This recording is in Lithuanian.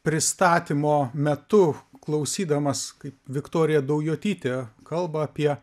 pristatymo metu klausydamas kaip viktorija daujotytė kalba apie